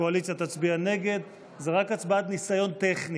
63 הצביעו נגד ולפיכך ההסתייגות נדחתה.